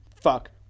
fuck